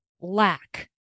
lack